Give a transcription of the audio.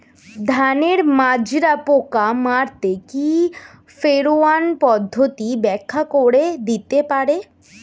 ধানের মাজরা পোকা মারতে কি ফেরোয়ান পদ্ধতি ব্যাখ্যা করে দিতে পারে?